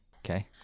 Okay